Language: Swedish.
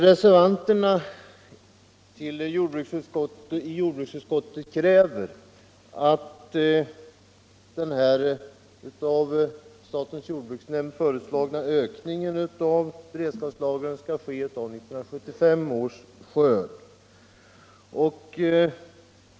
Reservanterna i jordbruksutskottet kräver att den av statens jordbruksnämnd föreslagna ökningen av be = Nr 26 redskapslagren görs av 1975 års skörd.